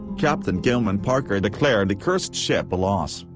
capt. and gilman parker declared the cursed ship a loss,